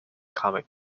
comic